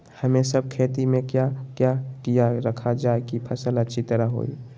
हमने सब खेती में क्या क्या किया रखा जाए की फसल अच्छी तरह होई?